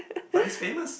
but this famous